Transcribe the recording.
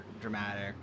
dramatic